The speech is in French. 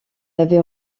avait